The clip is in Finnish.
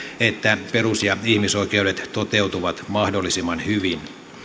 että perus ja ihmisoikeudet toteutuvat mahdollisimman hyvin